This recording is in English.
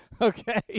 Okay